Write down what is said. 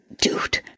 dude